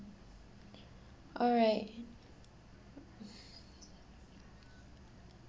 all right